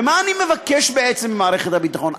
ומה אני מבקש בעצם ממערכת הביטחון?